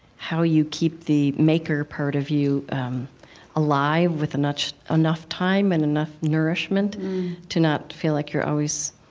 how you keep the maker part of you alive with enough enough time and enough nourishment to not feel like you're always